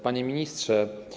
Panie Ministrze!